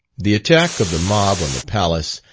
the attack of the mob on the palace,